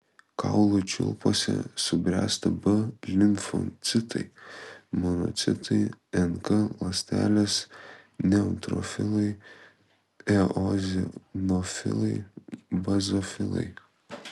kaulų čiulpuose subręsta b limfocitai monocitai nk ląstelės neutrofilai eozinofilai bazofilai